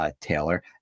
Taylor